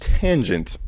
tangent